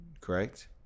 correct